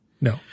No